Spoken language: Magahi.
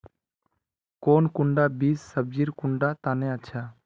कौन कुंडा बीस सब्जिर कुंडा तने अच्छा?